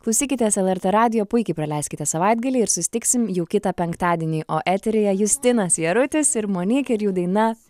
klausykitės lrt radijo puikiai praleiskite savaitgalį ir susitiksim jau kitą penktadienį o eteryje justinas jarutis ir monik ir jų daina